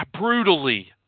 brutally